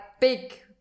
big